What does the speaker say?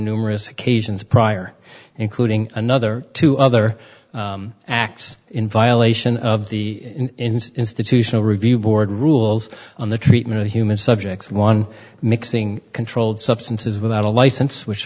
numerous occasions prior including another two other acts in violation of the institutional review board rules on the treatment of human subjects one mixing controlled substances without a license which